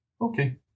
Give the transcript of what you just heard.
Okay